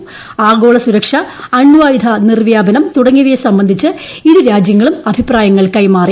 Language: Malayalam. ൃ ആഗോള സുരക്ഷ അണ്ചായുധ നിർവ്യാപനം തുട്ടങ്ങ്ടിയവയെ സംബന്ധിച്ച് ഇരുരാജ്യങ്ങളും അഭിപ്രായങ്ങൾ ്ക്കെമാറി